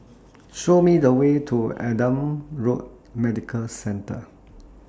Show Me The Way to Adam Road Medical Centre